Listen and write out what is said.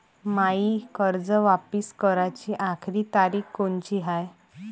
मायी कर्ज वापिस कराची आखरी तारीख कोनची हाय?